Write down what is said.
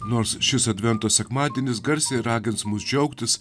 nors šis advento sekmadienis garsiai ragins mus džiaugtis